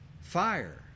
fire